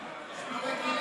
תוציאו את עצמכם